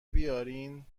بیارین